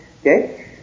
Okay